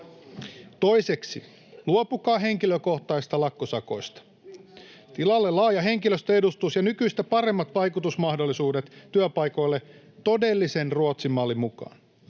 Toiseksi, luopukaa henkilökohtaisista lakkosakoista — tilalle laaja henkilöstöedustus ja nykyistä paremmat vaikutusmahdollisuudet työpaikoille todellisen Ruotsin-mallin mukaan.